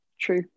True